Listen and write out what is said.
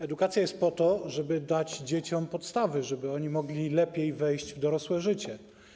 Edukacja jest po to, żeby dać dzieciom podstawy, żeby mogły lepiej wejść w dorosłe życie.